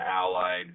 allied